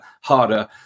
harder